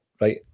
right